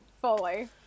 Fully